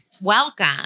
welcome